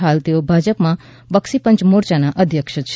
હાલ તેઓ ભાજપમાં બક્ષી પંચ મોરચાના અધ્યક્ષ છે